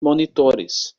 monitores